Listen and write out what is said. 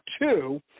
two